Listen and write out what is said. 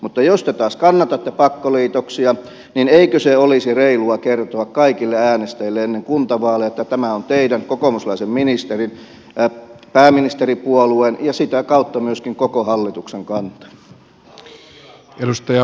mutta jos te taas kannatatte pakkoliitoksia eikö olisi reilua kertoa kaikille äänestäjille ennen kuntavaaleja että tämä on teidän kokoomuslaisen ministerin pääministeripuolueen ja sitä kautta myöskin koko hallituksen kanta